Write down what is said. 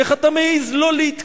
איך אתה מעז לא להתקפל?